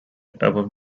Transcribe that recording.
above